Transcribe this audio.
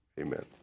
Amen